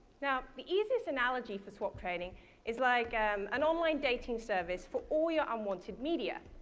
now the easiest analogy for swap-trading is like um an online dating service for all your unwanted media.